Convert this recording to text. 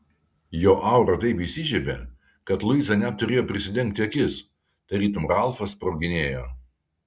jo aura taip įsižiebė kad luiza net turėjo prisidengti akis tarytum ralfas sproginėjo